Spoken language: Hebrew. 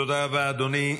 תודה רבה, אדוני.